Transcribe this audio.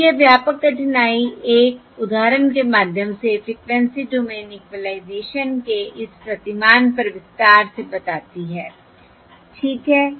तो यह व्यापक कठिनाई एक उदाहरण के माध्यम से फ्रिकवेंसी डोमेन इक्विलाइज़ेशन के इस प्रतिमान पर विस्तार से बताती है ठीक है